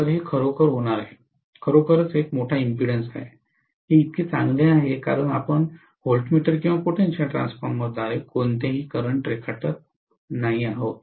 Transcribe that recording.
तर हे खरोखर होणार आहे खरोखर एक मोठा इम्पीडेन्स आहे हे इतके चांगले आहे कारण आपण व्होल्टमीटर किंवा पोटेंशियल ट्रान्सफॉर्मरद्वारे कोणतेही करंट रेखाटत नाही आहात